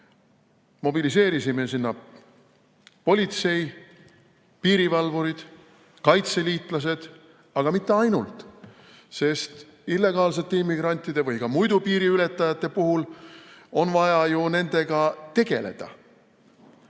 mobiliseerisime sinna politsei, piirivalvurid, kaitseliitlased, aga mitte ainult, sest illegaalsete immigrantide või muidu piiriületajate puhul on vaja ju nendega tegeleda.